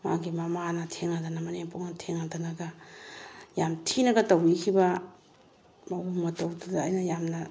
ꯃꯥꯒꯤ ꯃꯃꯥꯅ ꯊꯦꯡꯅꯗꯅ ꯃꯅꯦꯝꯄꯣꯛꯅ ꯊꯦꯡꯅꯗꯅꯒ ꯌꯥꯝ ꯊꯤꯅꯒ ꯇꯧꯕꯤꯈꯤꯕ ꯃꯑꯣꯡ ꯃꯇꯧꯗꯨꯗ ꯑꯩꯅ ꯌꯥꯝꯅ